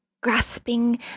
grasping